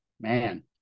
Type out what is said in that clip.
Man